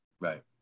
Right